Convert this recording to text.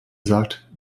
gesagt